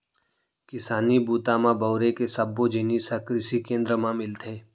किसानी बूता म बउरे के सब्बो जिनिस ह कृसि केंद्र म मिलथे